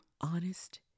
honest